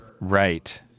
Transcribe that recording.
Right